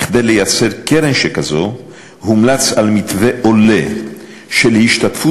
כדי לייצר קרן שכזאת הומלץ על מתווה עולה של השתתפות